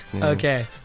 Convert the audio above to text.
Okay